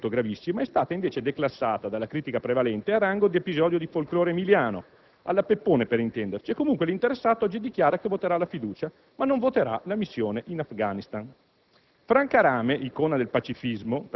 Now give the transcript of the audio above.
L'aggressione del senatore Rossi, che reputo gravissima, è stata invece declassata dalla critica prevalente a rango di episodio di folklore emiliano - alla Peppone, per intenderci - e comunque l'interessato oggi dichiara che voterà la fiducia, ma non voterà la missione in Afghanistan.